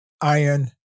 iron